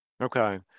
Okay